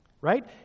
Right